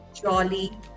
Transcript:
jolly